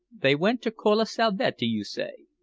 they went to colle salvetti, you say?